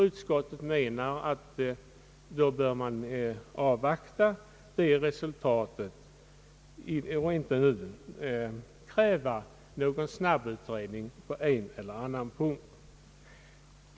Utskottet menar att man då bör avvakta resultatet av utredningen och inte nu kräva någon snabbutredning på en eller annan punkt.